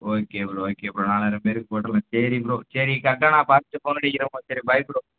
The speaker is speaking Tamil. ஓகே ப்ரோ ஓகே ப்ரோ நாலாயிரம் பேருக்கு போட்டுரலாம் சரி ப்ரோ சரி கரெக்டாக நான் பார்த்துட்டு போன் அடிக்கிறேன் உங்களுக்கு சரி பை ப்ரோ